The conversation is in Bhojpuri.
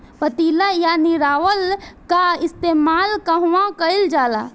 पटेला या निरावन का इस्तेमाल कहवा कइल जाला?